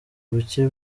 bucye